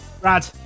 Brad